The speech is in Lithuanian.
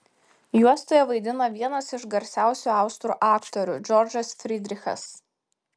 juostoje vaidina vienas iš garsiausių austrų aktorių džordžas frydrichas